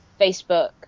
Facebook